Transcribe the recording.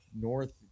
north